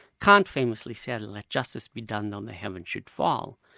kant famously said let justice be done though the heavens should fall.